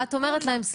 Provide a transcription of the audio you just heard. ואת אומרת להם: סליחה,